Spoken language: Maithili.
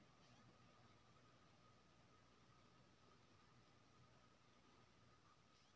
ऑनलाइन कृषि उत्पाद आ कृषि उपकरण के खरीद बिक्री पर जोखिम के केना खतम कैल जाए छै?